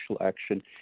action